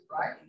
right